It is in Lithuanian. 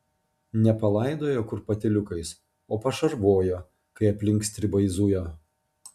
ne palaidojo kur patyliukais o pašarvojo kai aplink stribai zujo